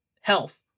health